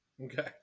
Okay